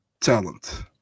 talent